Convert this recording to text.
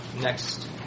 next